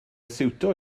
siwtio